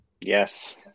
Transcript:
Yes